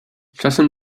czasem